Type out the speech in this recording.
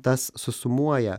tas susumuoja